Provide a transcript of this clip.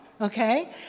okay